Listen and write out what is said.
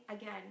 again